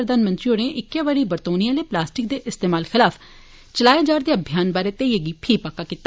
प्रधानमंत्री होरें इक्कै बारी बरतोने आले प्लास्टिक दे इस्तेमाल खिलाफ चलाए जा र दे अभियान बारै ध्ययै गी फीह पक्का कीता